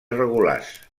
regulars